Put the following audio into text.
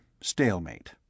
stalemate